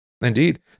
Indeed